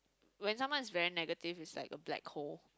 when someone is very negative is like a black hole